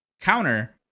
counter